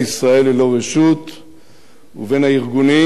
ובין הארגונים המסייעים והעוזרים,